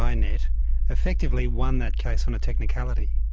iinet effectively won that case on a technicality.